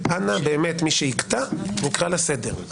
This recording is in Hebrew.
אנא, מי שיקטע נקרא לסדר.